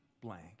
blank